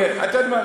אתה יודע מה,